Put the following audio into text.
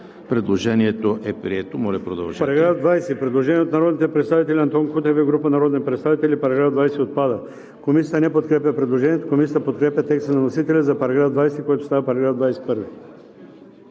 Предложението е прието.